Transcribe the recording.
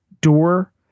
door